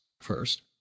first